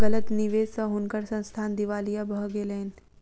गलत निवेश स हुनकर संस्थान दिवालिया भ गेलैन